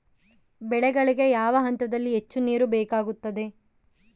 ಬೆಳೆಗಳಿಗೆ ಯಾವ ಹಂತದಲ್ಲಿ ಹೆಚ್ಚು ನೇರು ಬೇಕಾಗುತ್ತದೆ?